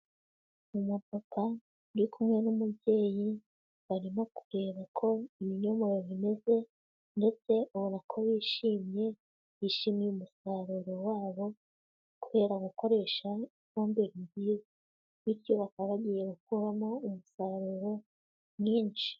Umupapa uri kumwe n'umubyeyi, barimo kureba uko ibinyomoro bimeze, ndetse ubona ko bishimye, bishimiye umusaruro wabo kubera gukoresha ifumbire ryiza. Bityo bakaba bagiye gukuramo umusaruro mwinshi.